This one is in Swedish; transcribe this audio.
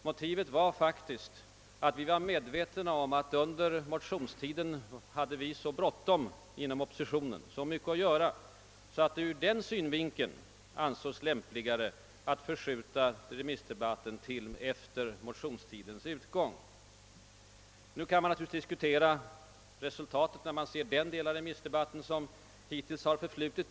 Motivet var faktiskt att vi under motionstiden har så bråttom inom oppositionen, så mycket att göra, att det därför ansågs lämpligt att förskjuta remissdebatten till efter motionstidens utgång. Nu kan man naturligtvis diskutera resultatet när man bedömer den del av remissdebatten som hittills har förflutit.